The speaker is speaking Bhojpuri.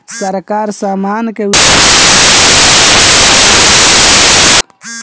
सरकार, सामान के उत्पादन अउरी बिक्री पर टैक्स लेवेले